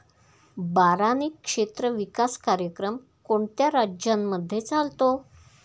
बारानी क्षेत्र विकास कार्यक्रम कोणत्या राज्यांमध्ये चालतो?